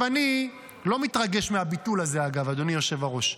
אני לא מתרגש מהביטול הזה, אגב, אדוני היושב-ראש.